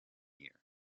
year